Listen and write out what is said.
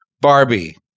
Barbie